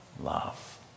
Love